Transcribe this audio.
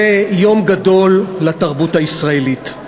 זה יום גדול לתרבות הישראלית.